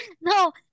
no